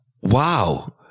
Wow